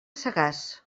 sagàs